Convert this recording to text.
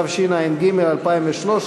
התשע"ג 2013,